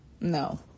no